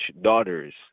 daughters